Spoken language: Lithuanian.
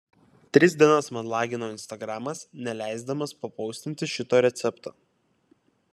tris dienas man lagino instagramas neleisdamas papostinti šito recepto